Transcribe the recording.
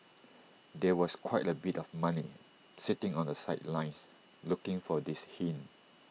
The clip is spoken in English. there was quite A bit of money sitting on the sidelines looking for this hint